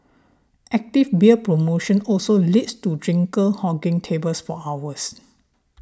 active beer promotion also leads to drinker hogging tables for hours